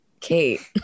Kate